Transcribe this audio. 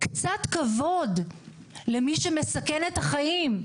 קצת כבוד למי שמסכן את החיים,